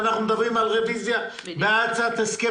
אנחנו מדברים על רוויזיה על הצעת הסכם